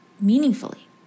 meaningfully